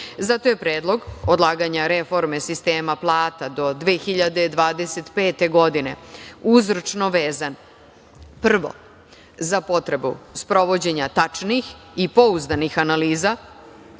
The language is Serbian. Zato je predlog odlaganja reforme sistema plata do 2025. godine uzročno vezan za potrebu sprovođenja tačnih i pouzdanih analiza,